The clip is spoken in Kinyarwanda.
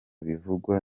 bivugwa